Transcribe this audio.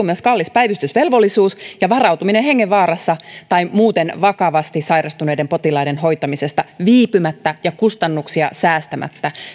myös kallis päivystysvelvollisuus ja varautuminen hengenvaarassa tai muuten vakavasti sairastuneiden potilaiden hoitamiseen viipymättä ja kustannuksia säästämättä